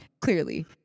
Clearly